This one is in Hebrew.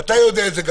ואתה גם יודע את זה,